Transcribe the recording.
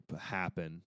happen